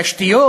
לתשתיות.